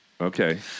Okay